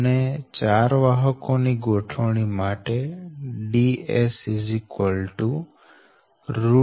અને 4 વાહકો ની ગોઠવણી માટે Ds 2